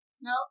No